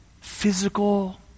physical